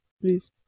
Please